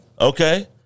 Okay